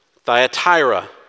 Thyatira